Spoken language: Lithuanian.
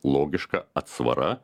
logiška atsvara